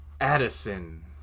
Addison